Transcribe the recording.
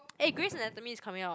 eh Greys Anatomy is coming out